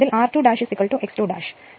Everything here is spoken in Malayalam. ഇവിടെ r2 x 2